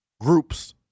groups